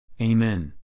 Amen